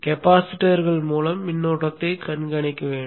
கெபாசிட்டர்கள் மூலம் மின்னோட்டத்தை கண்காணிக்க வேண்டும்